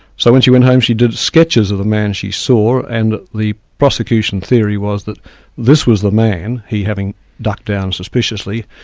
so when she went home she did sketches of the man she saw and the prosecution theory was that this was the man, he having ducked down suspiciously,